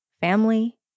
family